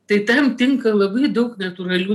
tai tam tinka labai daug natūralių